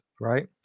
Right